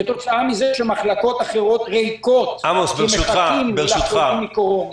כתוצאה מזה שמחלקות אחרות ריקות כי מחכים לחולים מקורונה.